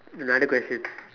another question